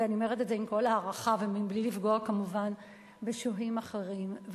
ואני אומרת את זה עם כל ההערכה ובלי לפגוע כמובן בשוהים אחרים,